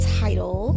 title